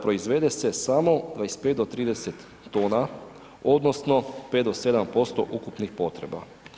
Proizvede se samo 25 do 30 tona odnosno 5 do 7% ukupnih potreba.